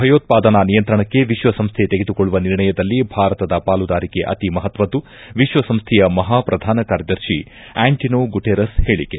ಭಯೋತ್ವಾದನಾ ನಿಯಂತ್ರಣಕ್ಕೆ ವಿಶ್ವಸಂಸ್ವೆ ತೆಗೆದುಕೊಳ್ಳುವ ನಿರ್ಣಯದಲ್ಲಿ ಭಾರತದ ಪಾಲುದಾರಿಕೆ ಅತಿ ಮಹತ್ತದ್ದು ವಿಶ್ವಸಂಸ್ಥೆಯ ಮಹಾ ಪ್ರಧಾನ ಕಾರ್ಯದರ್ಶಿ ಆಂಟಿನೋ ಗುಟೇರಸ್ ಹೇಳಿಕೆ